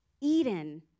Eden